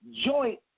joint